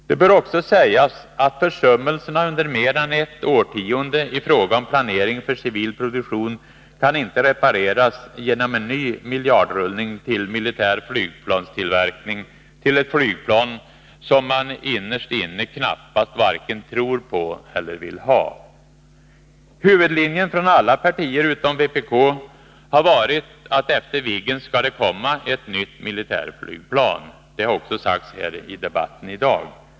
Det bör också sägas att försummelserna under mer än ett årtionde i fråga om planering för civil produktion inte kan reparareras genom en ny miljardrullning till militär flygplanstillverkning, till ett flygplan som man innerst inne knappast vare sig tror på eller vill ha. Huvudlinjen från alla partier utom vpk har varit att det efter Viggen skall komma ett nytt militärflygplan. Det har också sagts här i debatten i dag.